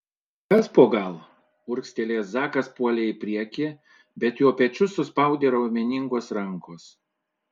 kas po gal urgztelėjęs zakas puolė į priekį bet jo pečius suspaudė raumeningos rankos